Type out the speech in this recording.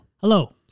Hello